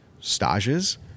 stages